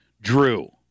Drew